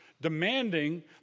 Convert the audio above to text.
demanding